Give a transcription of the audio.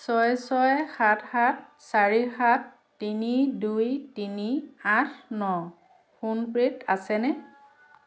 ছয় ছয় সাত সাত চাৰি সাত তিনি দুই তিনি আঠ ন ফোন পে'ত আছেনে